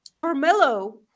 Carmelo